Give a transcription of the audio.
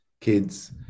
kids